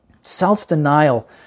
Self-denial